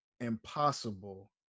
impossible